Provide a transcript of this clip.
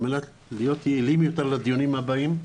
על מנת להיות יעילים יותר לדיונים הבאים,